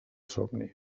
somni